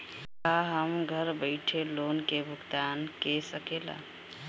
का हम घर बईठे लोन के भुगतान के शकेला?